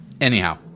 Anyhow